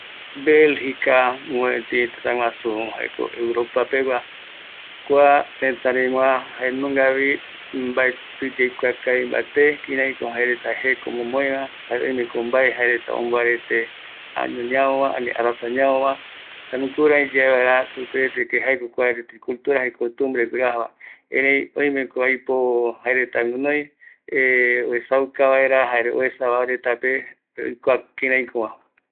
Belgica pegua reta kua retako jae flamenka reta jare balona jei supe reta kuareta jae ma jouva jaeko chokolate, cerveza jokua iruva reta ndie erei jae jokua jaereta jeko jaeko guɨnoi ma oyeareta jae kua jokua jaereta äpo ndieno jokua jeko reta ndie